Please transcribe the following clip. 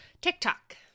TikTok